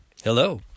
Hello